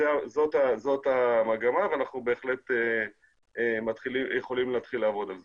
זאת המגמה ואנחנו בהחלט יכולים להתחיל לעבוד על זה.